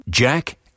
Jack